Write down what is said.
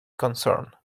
concerned